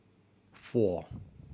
four